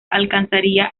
alcanzaría